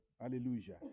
Hallelujah